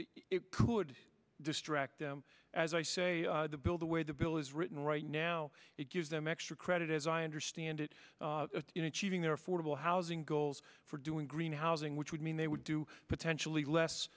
that could distract them as i say the bill the way the bill is written right now it gives them extra credit as i understand it you know cheating their affordable housing goals for doing green housing which would mean they would do potentially less